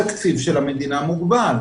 התקציב של המדינה מוגבל,